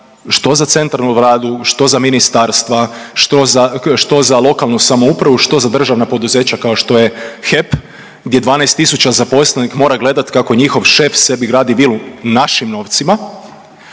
što za centralnu vladu, što za ministarstva, što za lokalnu samoupravu, što za državna poduzeća kao što je HEP, gdje 12 tisuća zaposlenih mora gledati kako njihov šef sebi gradi vilu našim novcima,